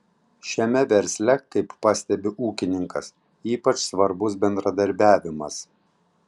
šiame versle kaip pastebi ūkininkas ypač svarbus bendradarbiavimas